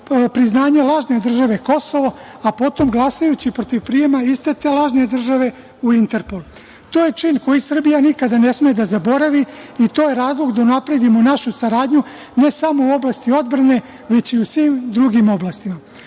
priznanje lažne države Kosovo, a potom glasajući protiv prijema iste te lažne države u Interpol. To je čin koji Srbija nikada ne sme da zaboravi i to je razlog da unapredimo našu saradnju, ne samo u oblasti odbrane, već i svim drugim oblastima. Kada